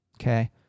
okay